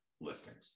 listings